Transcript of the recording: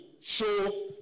show